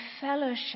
fellowship